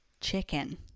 chicken